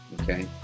Okay